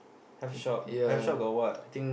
health shop health shop got what